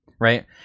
right